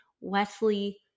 wesley